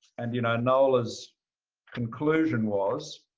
and, you know, nola's conclusion was